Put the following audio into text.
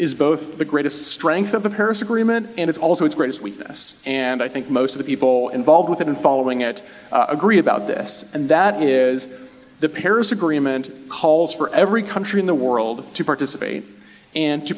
is both the greatest strength of the paris agreement and it's also its greatest weakness and i think most of the people involved with it and following it agree about this and that is the paris agreement calls for every country in the world to participate and to